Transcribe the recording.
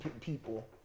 people